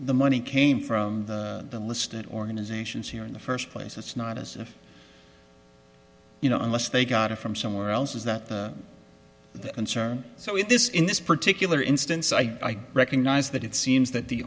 the money came from the listed organizations here in the first place it's not as if you know unless they got it from somewhere else is that the concern so is this in this particular instance i recognize that it seems that the